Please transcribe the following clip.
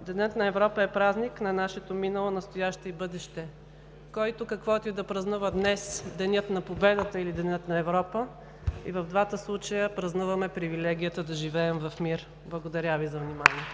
Денят на Европа е празник на нашето минало, настояще и бъдеще. Който каквото и да празнува днес – Деня на победата или Деня на Европа, и в двата случая празнуваме привилегията да живеем в мир. Благодаря Ви за вниманието.